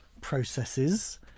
processes